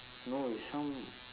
no it's some